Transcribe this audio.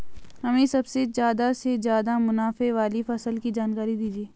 हमें सबसे ज़्यादा से ज़्यादा मुनाफे वाली फसल की जानकारी दीजिए